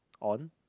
on